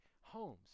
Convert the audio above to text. homes